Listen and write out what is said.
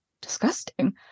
disgusting